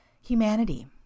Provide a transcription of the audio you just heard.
humanity